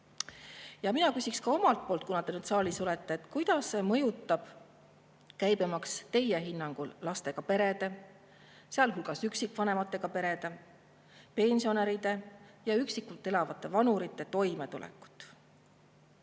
Ja mina küsiks omalt poolt, kuna te saalis olete, kuidas mõjutab käibemaksu [tõus] teie hinnangul lastega perede, sealhulgas üksikvanemaga perede, pensionäride ja üksi elavate vanurite toimetulekut.